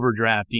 overdrafting